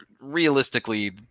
realistically